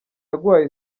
yaguhaye